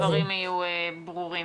שהדברים יהיו ברורים.